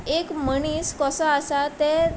एक मनीस कसो आसा तें